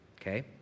okay